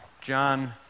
John